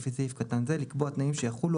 לפי סעיף קטן זה לקבוע תנאים שיחולו